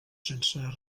sense